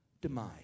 demise